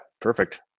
perfect